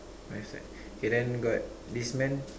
right side okay then got this man